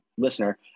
listener